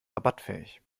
rabattfähig